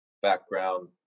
Background